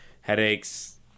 headaches